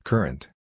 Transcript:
Current